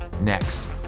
next